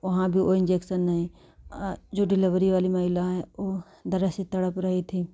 वहाँ भी वह इंजेक्शन नहीं जो डिलीवरी वाली महिलाएँ दर्द से तड़प रही थीं